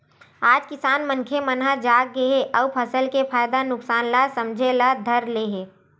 आज किसान मनखे मन ह जाग गे हे अउ फसल के फायदा नुकसान ल समझे ल धर ले हे